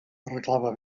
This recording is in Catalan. arreglava